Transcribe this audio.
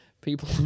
People